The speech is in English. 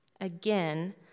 Again